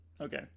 Okay